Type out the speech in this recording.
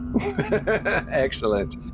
Excellent